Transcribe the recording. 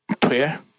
prayer